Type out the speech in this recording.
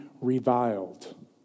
reviled